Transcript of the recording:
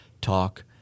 Talk